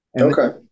Okay